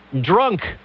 drunk